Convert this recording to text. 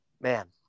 Man